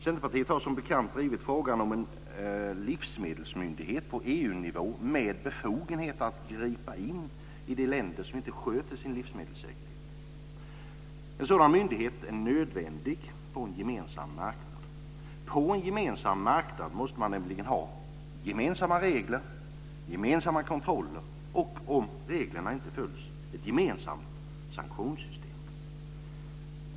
Centerpartiet har som bekant drivit frågan om en livsmedelsmyndighet på EU-nivå med befogenhet att gripa in i de länder som inte sköter sin livsmedelssäkerhet. En sådan myndighet är nödvändig på en gemensam marknad. På en gemensam marknad måste man nämligen ha gemensamma regler, gemensamma kontroller och, om reglerna inte följs, ett gemensamt sanktionssystem.